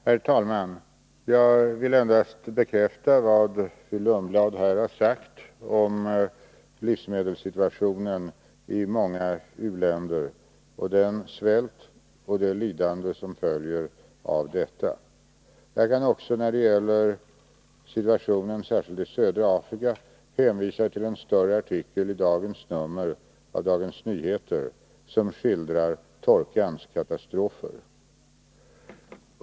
Herr talman! Jag vill endast bekräfta vad fru Lundblad här har sagt om livsmedelsbristen i många u-länder samt den svält och det lidande som följer därav. Jag kan också när det gäller situationen i södra Afrika hänvisa till en större artikel i dagens nummer av Dagens Nyheter, som skildrar torkans katastrofer.